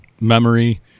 memory